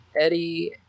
Eddie